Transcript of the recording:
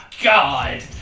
God